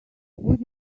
would